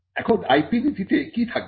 এখন IP নীতিতে কি থাকবে